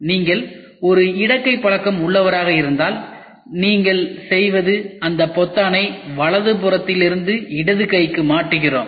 நீங்கள் ஒரு இடக்கை பழக்கம் உள்ளவராக இருந்தால் நீங்கள் செய்வது அந்த பொத்தானை வலது புறத்திலிருந்து இடது கைக்கு மாற்றுகிறோம்